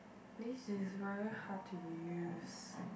this is very hard to use